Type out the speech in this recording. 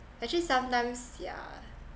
actually sometimes yeah